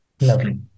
Lovely